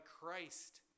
Christ